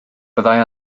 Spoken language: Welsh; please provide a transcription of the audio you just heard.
byddai